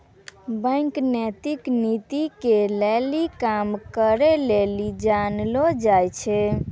bank नैतिक नीति के लेली काम करै लेली जानलो जाय छै